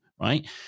right